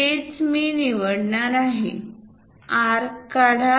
हेच मी निवडणार आहे आर्क काढा